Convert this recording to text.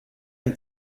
une